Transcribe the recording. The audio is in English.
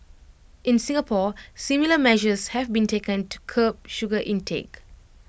in Singapore similar measures have been taken to curb sugar intake